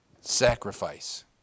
sacrifice